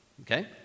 okay